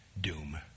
doom